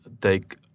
take